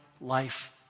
life